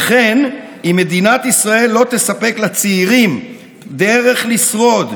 וכן, אם מדינת ישראל לא תספק לצעירים דרך לשרוד,